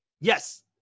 Yes